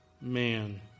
man